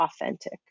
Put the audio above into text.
authentic